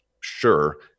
sure